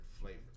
flavor